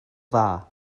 dda